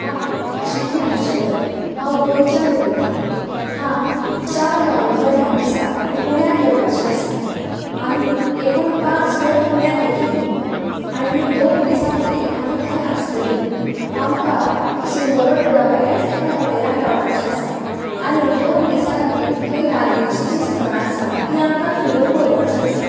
हांव शिती आमशेकर हांव गोंयच्यान उलयता हांव चार नोव्हेंबर ह्या दिसाक पुण्याक येवपाचें आसा आमी एकूण पांच लोक पुण्याक येतली आनी दोन दिसां खातीर आमी थंय आसतली आमकां सिंहगड रोडा वयल्याच एका हॉटेलान रावपाचे आसा आनी दोन दिसां खातीर थंय लागाची जी स्थळां आसा तीं आमकां फिरून पळोवपाची आसात